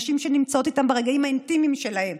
נשים שנמצאות איתן ברגעים האינטימיים שלהן,